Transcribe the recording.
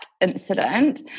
incident